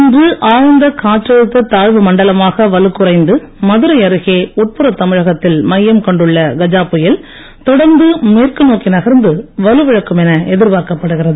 இன்று ஆழ்ந்த காற்றழுத்தத் தாழ்வு மண்டலமாக வலுக்குறைந்து மதுரை அருகே உட்புறத்தமிழகத்தில் மையம் கொண்டுள்ள கஜா புயல் தொடர்ந்து மேற்கு நோக்கி நகர்ந்து வலுவிழக்கும் என எதிர்பார்க்கப் படுகிறது